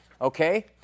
okay